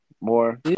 More